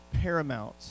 paramount